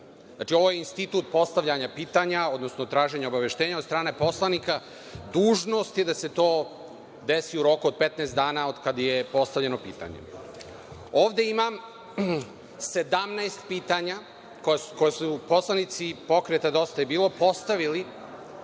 Znači, ovo je institut postavljanja pitanja, odnosno traženja obaveštenja od strane poslanika i dužnost je da se to desi u roku od 15 dana od kada je postavljeno pitanje. Ovde imam 17 pitanja koja su poslanici Pokreta „Dosta je bilo“ postavili